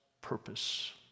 purpose